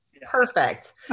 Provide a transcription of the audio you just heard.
perfect